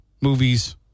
movies